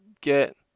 get